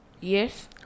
yes